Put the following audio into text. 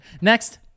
Next